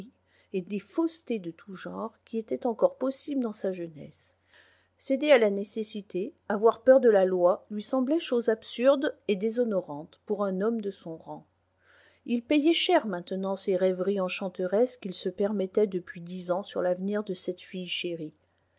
et des faussetés de tous genres qui étaient encore possibles dans sa jeunesse céder à la nécessité avoir peur de la loi lui semblait chose absurde et déshonorante pour un homme de son rang il payait cher maintenant ces rêveries enchanteresses qu'il se permettait depuis dix ans sur l'avenir de cette fille chérie